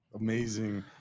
amazing